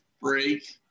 break